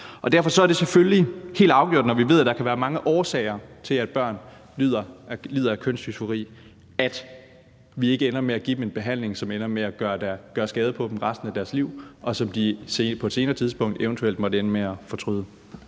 Derfor er det selvfølgelig helt afgørende, når vi ved, at der kan være mange årsager til, at børn lider af kønsdysfori, at vi ikke ender med at give dem en behandling, som ender med at gøre skade på dem resten af deres liv, og som de på et senere tidspunkt eventuelt måtte ende med at fortryde.